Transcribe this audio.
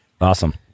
Awesome